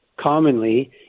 commonly